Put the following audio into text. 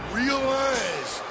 realize